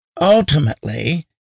ultimately